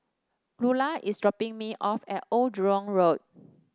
Lulla is dropping me off at Old Jurong Road